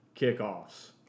kickoffs